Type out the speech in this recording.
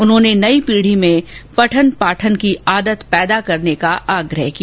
उन्होंने नई पीढ़ी में पठन पाठन की आदत पैदा करने का आग्रह किया